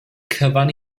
cyfan